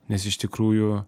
nes iš tikrųjų